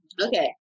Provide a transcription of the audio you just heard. Okay